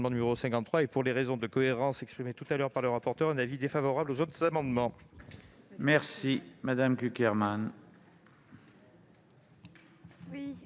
Merci